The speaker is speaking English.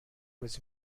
was